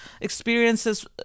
experiences